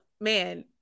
man